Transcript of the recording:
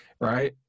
right